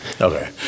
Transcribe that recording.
okay